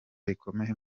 rikomeye